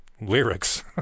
lyrics